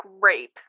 Great